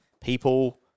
people